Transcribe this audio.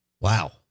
Wow